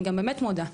אני גם באמת מודה,